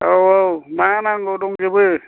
औ औ मा नांगौ दंजोबो